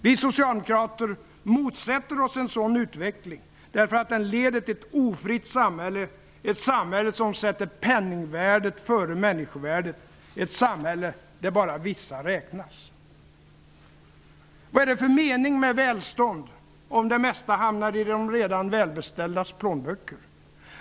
Vi socialdemokrater motsätter oss en sådan utveckling, därför att den leder till ett ofritt samhälle, ett samhälle som sätter penningvärdet före människovärdet, ett samhälle där bara vissa räknas. Vad är det för mening med välstånd, om det mesta hamnar i de redan välbeställdas plånböcker?